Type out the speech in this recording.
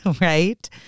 right